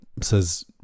says